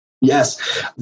Yes